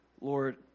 Lord